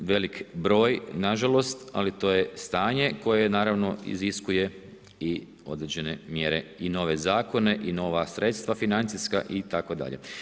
Velik broj nažalost, ali to je stanje koje je naravno iziskuje i određene mjere i nove zakone i nova sredstva financijska itd.